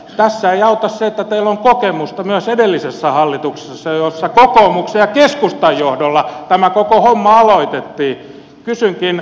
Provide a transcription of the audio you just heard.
tässä ei auta se että teillä on kokemusta myös edellisestä hallituksesta jossa kokoomuksen ja keskustan johdolla tämä koko homma aloitettiin